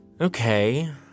Okay